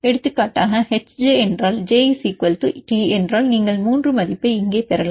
எடுத்துக்காட்டாக H j என்றால் j T என்றால் நீங்கள் 3 மதிப்பை இங்கே பெறலாம்